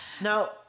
Now